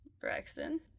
Braxton